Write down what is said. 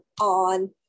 on